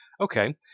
Okay